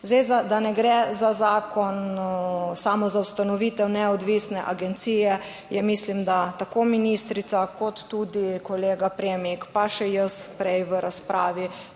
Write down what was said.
Zdaj, da ne gre za zakon, samo za ustanovitev neodvisne agencije je, mislim, da tako ministrica, kot tudi kolega Premik, pa še jaz prej v razpravi,